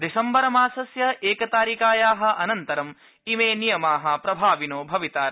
दिसम्बर मासस्य एकतारिकाया अनन्तरम् इमे नियमा प्रभाविन भवितार